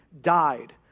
died